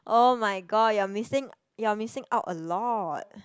[oh]-my-god you are missing you are missing out a lot